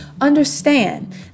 Understand